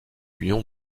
lion